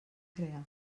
crear